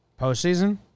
Postseason